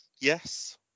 Yes